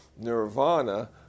nirvana